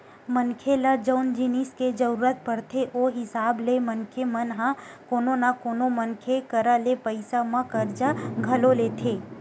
मनखे ल जउन जिनिस के जरुरत पड़थे ओ हिसाब ले मनखे मन ह कोनो न कोनो मनखे करा ले पइसा म करजा घलो लेथे